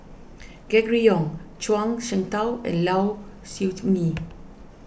Gregory Yong Zhuang Shengtao and Low Siew Nghee